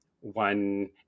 one